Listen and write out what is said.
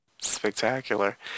spectacular